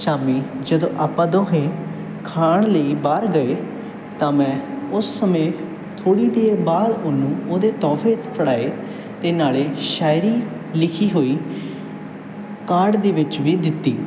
ਸ਼ਾਮੀਂ ਜਦੋਂ ਆਪਾਂ ਦੋਹੇ ਖਾਣ ਲਈ ਬਾਹਰ ਗਏ ਤਾਂ ਮੈਂ ਉਸ ਸਮੇਂ ਥੋੜ੍ਹੀ ਦੇਰ ਬਾਅਦ ਉਹਨੂੰ ਉਹਦੇ ਤੋਹਫ਼ੇ ਫੜਾਏ ਅਤੇ ਨਾਲੇ ਸ਼ਾਇਰੀ ਲਿਖੀ ਹੋਈ ਕਾਰਡ ਦੇ ਵਿੱਚ ਵੀ ਦਿੱਤੀ